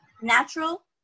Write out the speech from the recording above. natural